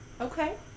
Okay